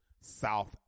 South